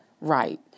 right